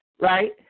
right